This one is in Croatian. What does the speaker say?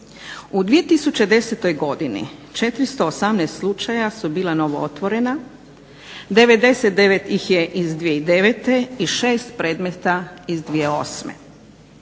U 2010. godini 418 slučaja su bila novootvorena, 99 ih je iz 2009. i 6 predmeta iz 2008.